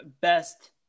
best